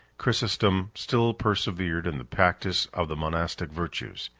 chrysostom still persevered in the practice of the monastic virtues.